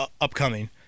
upcoming